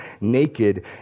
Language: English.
naked